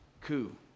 coup